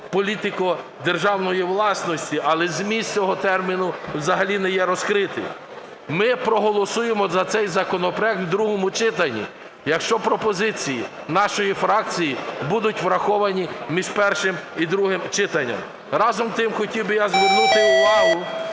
політико-державної власності, але зміст цього терміну взагалі не є розкритий. Ми проголосуємо за цей законопроект в другому читанні, якщо пропозиції нашої фракції будуть враховані між першим і другим читанням. Разом з тим, хотів би я звернути увагу,